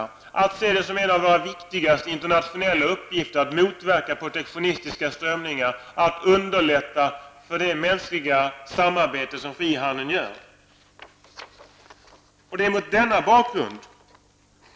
Vi bör se det som vår viktigaste internationella uppgift att motverka protektionistiska strömningar, att underlätta för det mänskliga samarbete som frihandeln medger.